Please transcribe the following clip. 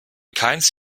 keines